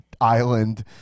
island